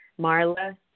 Marla